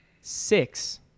six